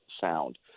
sound